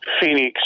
Phoenix